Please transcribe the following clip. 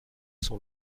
son